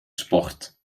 sport